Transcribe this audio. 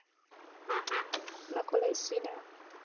ᱚᱱᱟ ᱠᱚᱞᱮ ᱤᱥᱤᱱᱟ